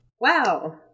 Wow